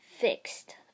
fixed